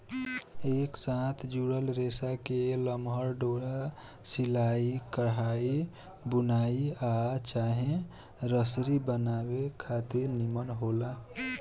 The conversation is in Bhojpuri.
एक साथ जुड़ल रेसा के लमहर डोरा सिलाई, कढ़ाई, बुनाई आ चाहे रसरी बनावे खातिर निमन होला